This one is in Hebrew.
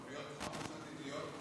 תוכניות עתידיות,